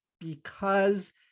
because-